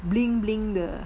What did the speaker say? bling bling 的